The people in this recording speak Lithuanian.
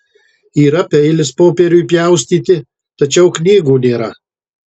yra peilis popieriui pjaustyti tačiau knygų nėra